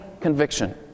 conviction